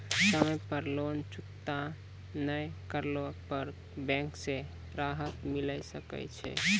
समय पर लोन चुकता नैय करला पर बैंक से राहत मिले सकय छै?